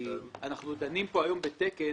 כי אנחנו דנים פה היום בתקן